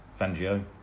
Fangio